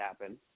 happen